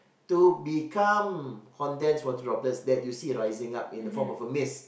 to become condensed water droplets that you see rising up in the form of a mist